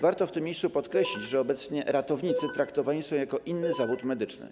Warto w tym miejscu podkreślić, że obecnie ratownicy traktowani są jako inny zawód medyczny.